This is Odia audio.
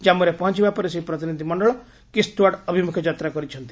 ଜାଞ୍ଚୁରେ ପହଞ୍ଚିବା ପରେ ସେହି ପ୍ରତିନିଧି ମଣ୍ଡଳ କିସ୍ତ୍ୱାର୍ଡ଼ ଅଭିମୁଖେ ଯାତ୍ରା କରିଛନ୍ତି